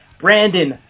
Brandon